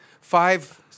five